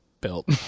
built